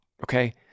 Okay